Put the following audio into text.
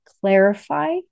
clarify